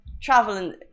traveling